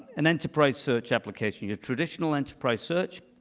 an enterprise search application, your traditional enterprise search,